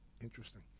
Interesting